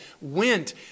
went